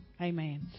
Amen